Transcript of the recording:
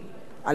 דוד גרוסמן,